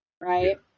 right